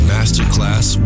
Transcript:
Masterclass